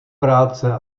práce